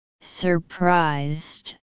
Surprised